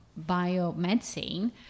biomedicine